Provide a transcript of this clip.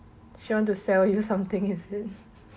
she want to sell you something is it